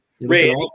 Ray